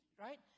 right